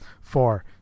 Four